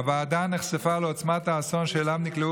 הוועדה נחשפה לעוצמת האסון שאליו נקלעו